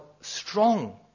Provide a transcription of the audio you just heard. strong